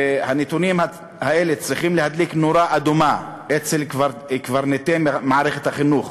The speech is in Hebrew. שהנתונים האלה צריכים להדליק נורה אדומה אצל קברניטי מערכת החינוך,